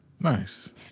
Nice